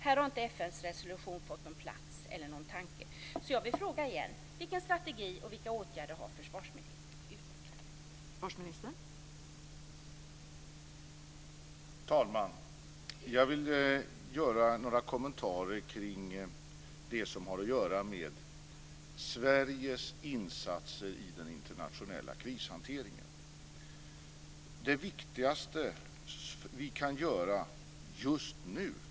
Här har inte FN:s resolution fått någon plats eller någon tanke, så jag vill fråga igen: Vilken strategi och vilka åtgärder har försvarsministern utvecklat för att förverkliga FN